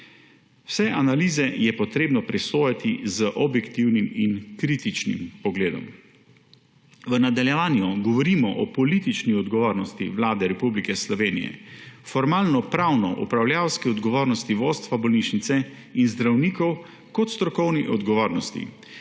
Vse analize je treba presojati z objektivnim in kritičnim pogledom. V nadaljevanju govorimo o politični odgovornosti Vlade Republike Slovenije, formalnopravno upravljalski odgovornosti vodstva bolnišnice in zdravnikov ter strokovni odgovornosti.